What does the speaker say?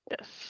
Yes